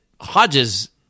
Hodges